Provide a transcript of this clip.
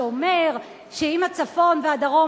שאומר שאם הצפון והדרום,